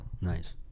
Nice